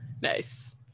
Nice